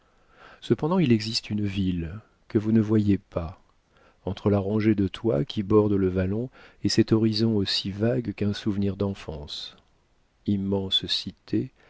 cependant il existe une ville que vous ne voyez pas entre la rangée de toits qui borde le vallon et cet horizon aussi vague qu'un souvenir d'enfance immense cité